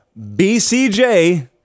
BCJ